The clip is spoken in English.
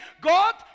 God